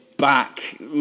back